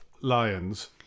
lions